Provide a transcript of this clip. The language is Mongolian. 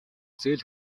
зээл